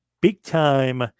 big-time